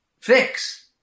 fix